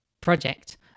project